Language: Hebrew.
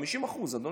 50%, אדוני.